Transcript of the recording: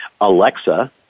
Alexa